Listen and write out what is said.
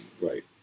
Right